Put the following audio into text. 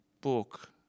book